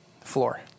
floor